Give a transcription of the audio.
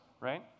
Right